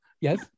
Yes